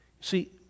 see